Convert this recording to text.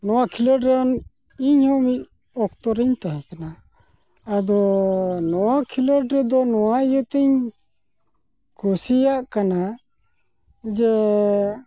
ᱱᱚᱣᱟ ᱠᱷᱮᱞᱚᱸᱰᱨᱮᱱ ᱤᱧᱦᱚᱸ ᱢᱤᱫ ᱚᱠᱛᱚᱨᱮᱧ ᱛᱮᱦᱮᱸᱠᱟᱱᱟ ᱟᱫᱚᱻ ᱱᱚᱣᱟ ᱠᱷᱮᱞᱚᱸᱰᱨᱮᱫᱚ ᱱᱚᱣᱟ ᱤᱭᱟᱹᱛᱮᱧ ᱠᱩᱥᱤᱭᱟᱜ ᱠᱟᱱᱟ ᱡᱮ